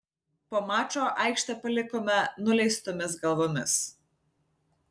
po mačo aikštę palikome nuleistomis galvomis